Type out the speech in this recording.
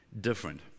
different